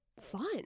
Fun